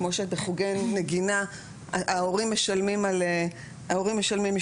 כמו שבחוגי נגינה ההורים משלמים השתתפות,